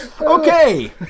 Okay